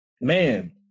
Man